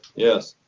yes.